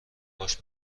کاش